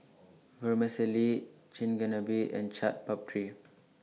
Vermicelli Chigenabe and Chaat Papri